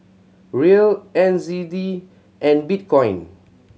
Riel N Z D and Bitcoin